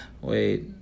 Wait